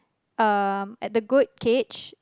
um at the goat cage